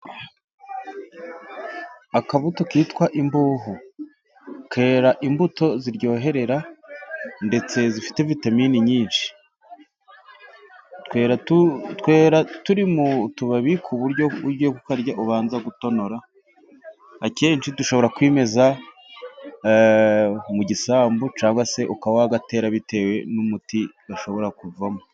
Akabuto kitwa imbuhora kera imbuto ziryoherera gafite vitamine nyinshi twera turi mu tubabi kuburyo iyo ugiye kukarya ubaza gutonora, akenshi dukunze kwimeza mu gisambu, cyangwa se ukaba wagatera bitewe n'umuti gashobora kuvamo.